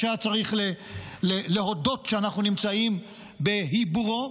שהיה צריך להודות שאנחנו נמצאים בעיבורו,